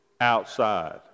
outside